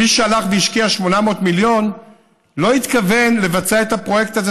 מי שהלך והשקיע 800 מיליון לא התכוון לבצע את הפרויקט הזה,